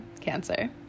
Cancer